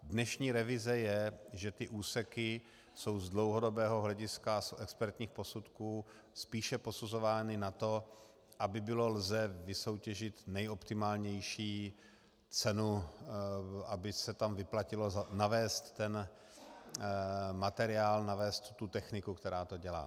Dnešní revize je, že ty úseky jsou z dlouhodobého hlediska, z expertních posudků spíše posuzovány na to, aby bylo lze vysoutěžit nejoptimálnější cenu, aby se tam vyplatilo navézt materiál, navézt techniku, která to dělá.